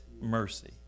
mercy